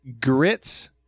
grits